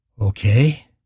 Okay